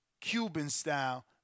Cuban-style